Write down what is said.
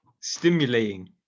Stimulating